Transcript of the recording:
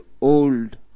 old